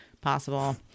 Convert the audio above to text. possible